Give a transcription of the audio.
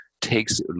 takes